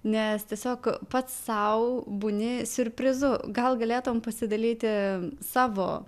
nes tiesiog pats sau būni siurprizu gal galėtum pasidalyti savo